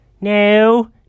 no